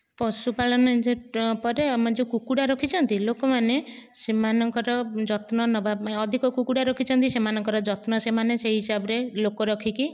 ପଶୁ ପାଳନ ପରେ ଆମ ଯେଉଁ କୁକୁଡ଼ା ରଖିଛନ୍ତି ଲୋକମାନେ ସେମାନଙ୍କର ଯତ୍ନ ନେବାପାଇଁ ଅଧିକ କୁକୁଡ଼ା ରଖିଛନ୍ତି ସେମାଙ୍କର ଯତ୍ନ ସେମାନେ ସେହି ହିସାବ ରେ ଲୋକ ରଖିକି ନିଅନ୍ତି